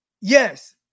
Yes